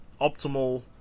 optimal